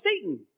Satan